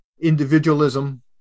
individualism